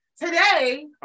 Today